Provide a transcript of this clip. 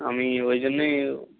আমি ওই জন্যেই